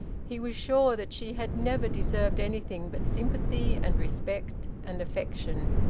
he was sure that she had never deserved anything but sympathy and respect and affection.